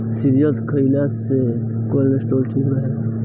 cereals खइला से cholesterol ठीक रहेला